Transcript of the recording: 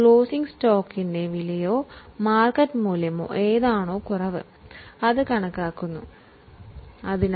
balance ഷീറ്റിൽ ഇൻവെന്ററിക്ക് ഒരു കുറിപ്പിട്ട വിലയുണ്ടാവും